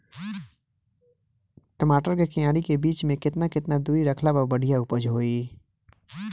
टमाटर के क्यारी के बीच मे केतना केतना दूरी रखला पर बढ़िया उपज होई?